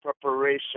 preparation